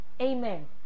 Amen